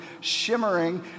shimmering